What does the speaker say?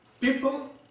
people